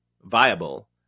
viable